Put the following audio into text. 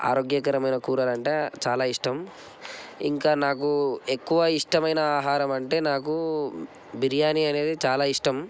ఆరోగ్యకరమైన కూరలంటే చాలా ఇష్టం ఇంకా నాకు ఎక్కువ ఇష్టమైన ఆహారం అంటే నాకు బిర్యానీ అనేది చాలా ఇష్టం